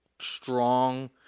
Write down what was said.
strong